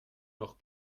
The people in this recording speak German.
noch